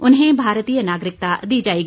उन्हें भारतीय नागरिकता दी जाएगी